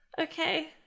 Okay